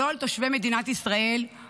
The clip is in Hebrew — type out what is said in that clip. לא על תושבי מדינת ישראל,